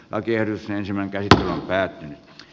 baker sai nimen käyttö on päättynyt